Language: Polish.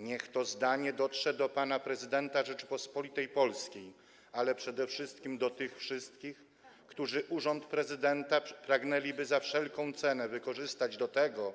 Niech to zdanie dotrze do pana prezydenta Rzeczypospolitej Polskiej, ale przede wszystkim do tych wszystkich, którzy urząd prezydenta pragnęliby za wszelką cenę wykorzystać do tego,